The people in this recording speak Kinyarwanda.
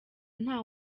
nta